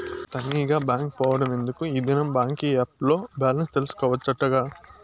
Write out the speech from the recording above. తనీగా బాంకి పోవుడెందుకూ, ఈ దినం బాంకీ ఏప్ ల్లో బాలెన్స్ తెల్సుకోవచ్చటగా